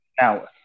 Now